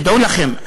תדעו לכם,